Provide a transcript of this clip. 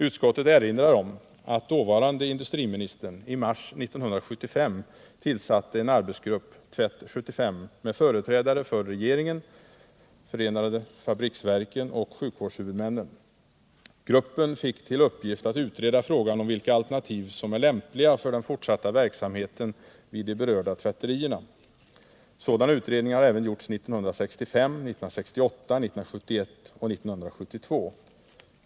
Utskottet erinrar om att dåvarande industriministern i mars 1975 tillsatte en arbetsgrupp, Tvätt-75, med företrädare för regeringen, förenade fabriksverken och sjukvårdshuvudmännen. Gruppen fick till uppgift att utreda frågan om vilka alternativ som är lämpliga för den fortsatta verksamheten vid de berörda tvätterierna. Sådana utredningar har även gjorts 1965, 1968, 1971 och 1972.